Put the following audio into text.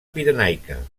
pirenaica